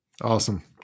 Awesome